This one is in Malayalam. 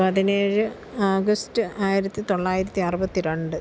പതിനേഴ് ആഗസ്റ്റ് ആയിരത്തി തൊള്ളായിരത്തി അറുപത്തി രണ്ട്